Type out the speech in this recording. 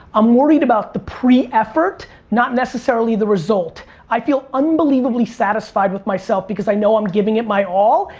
i'm worried about the pre-effort, not necessarily the result. i feel unbelievably satisfied with myself because i know i'm giving it my all.